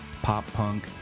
pop-punk